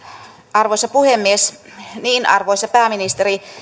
arvoisa puhemies arvoisa pääministeri